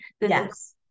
Yes